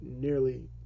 nearly